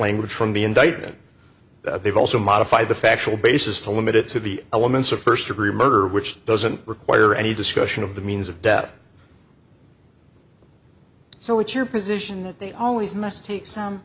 language from the indictment they've also modified the factual basis to limit it to the elements of first degree murder which doesn't require any discussion of the means of death so what's your position that they always must take some